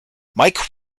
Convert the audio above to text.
mike